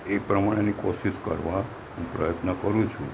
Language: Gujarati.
એ પ્રમાણેની કોશિશ કરવા હું પ્રયત્ન કરું છું